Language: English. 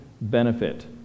benefit